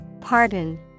Pardon